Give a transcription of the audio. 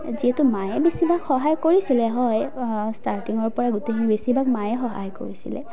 যিহেতু মায়ে বেছিভাগ সহায় কৰিছিলে হয় ষ্টাৰ্টিঙৰ পৰা গোটেইখিনি বেছিভাগ মায়ে সহায় কৰিছিলে